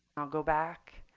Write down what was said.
i'll go back.